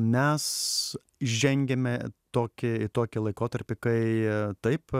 mes žengiame tokį į tokį laikotarpį kai taip